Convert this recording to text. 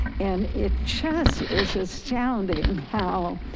and it just is astounding how